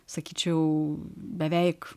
sakyčiau beveik